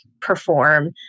perform